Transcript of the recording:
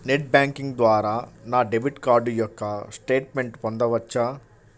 Net banking ద్వారా నా debit card యొక్క స్టేట్మెంట్ పొందవచ్చా?